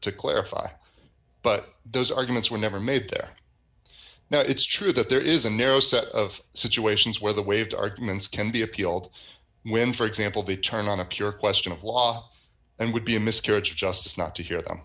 to clarify but those arguments were never made there now it's true that there is a narrow set of situations where the waived arguments can be appealed when for example they turn on a pure question of law and would be a miscarriage of justice not to hear them